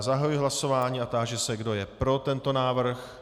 Zahajuji hlasování a táži se, kdo je pro tento návrh.